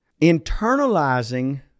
Internalizing